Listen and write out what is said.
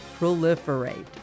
proliferate